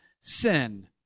sin